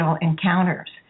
Encounters